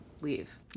leave